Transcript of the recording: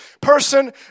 person